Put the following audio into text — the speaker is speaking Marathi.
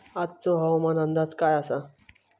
आजचो हवामान अंदाज काय आसा?